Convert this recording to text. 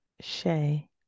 Shay